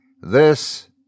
This